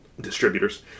Distributors